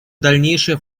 дальнейшее